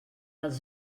els